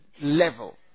level